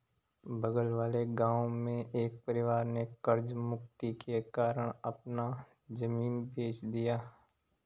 बगल वाले गांव में एक परिवार ने कर्ज मुक्ति के कारण अपना जमीन बेंच दिया